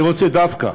אני רוצה להודות דווקא